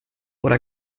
oder